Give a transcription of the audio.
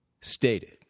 stated